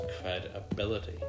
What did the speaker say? credibility